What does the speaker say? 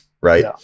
right